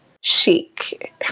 chic